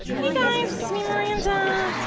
hey guys, it's me miranda.